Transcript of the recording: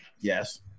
Yes